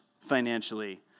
financially